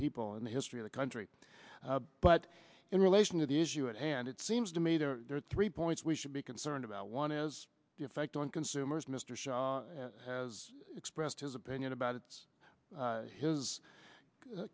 people in the history of the country but in relation to the issue at hand it seems to me the three points we should be concerned about one is the effect on consumers mr shaw has expressed his opinion about it's his